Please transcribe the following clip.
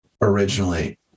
originally